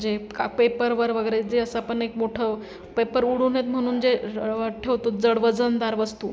जे प् का पेप्परवर वगैरे जे असं आपण एक मोठं पेप्पर उडू नयेत म्हणून जे र् व् व् ठेवतो जड वजनदार वस्तू